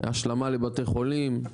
השלמה לבתי חולים.